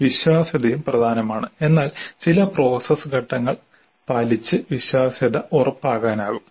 വിശ്വാസ്യതയും പ്രധാനമാണ് എന്നാൽ ചില പ്രോസസ് ഘട്ടങ്ങൾ പാലിച്ച് വിശ്വാസ്യത ഉറപ്പാക്കാനാകും